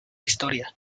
historia